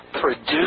produce